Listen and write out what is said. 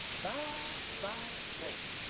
bye bye birdie.